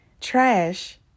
trash